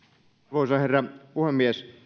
arvoisa herra puhemies